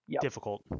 Difficult